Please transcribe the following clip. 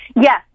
Yes